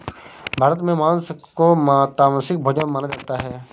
भारत में माँस को तामसिक भोजन माना जाता है